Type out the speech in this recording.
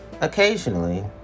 occasionally